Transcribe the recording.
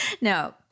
no